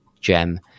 gem